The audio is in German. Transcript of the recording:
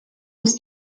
muss